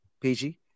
PG